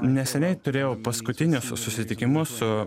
neseniai turėjau paskutinius susitikimus su